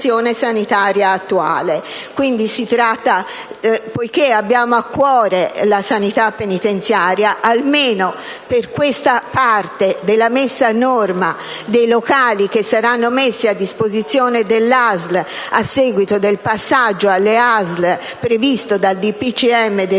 sanitaria attuale. Quindi, poiché abbiamo a cuore la sanità penitenziaria, almeno per la parte della messa a norma dei locali che saranno messi a disposizione delle ASL a seguito del passaggio previsto dal decreto del